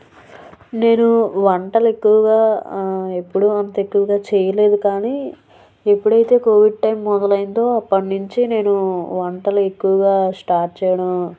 నేను వంటలు ఎక్కువగా ఎప్పుడు అంత ఎక్కువగా చేయలేదు కానీ ఎప్పుడైతే కోవిడ్ టైం మొదలైందో అప్పటినుండి నేను వంటలు ఎక్కువగా స్టార్ట్ చేయడం